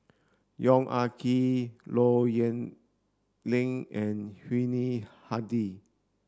Yong Ah Kee Low Yen Ling and Yuni Hadi